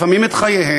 לפעמים את חייהם,